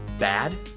bad,